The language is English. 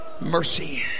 Mercy